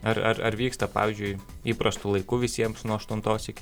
ar ar ar vyksta pavyzdžiui įprastu laiku visiems nuo aštuntos iki